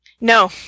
No